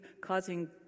causing